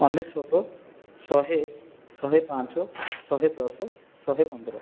ଅନେଶ୍ୱତ ଶହେ ଶହେ ପାଞ୍ଚ ଶହେ ଦଶ ଶହେ ପନ୍ଦର